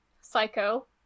Psycho